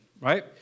right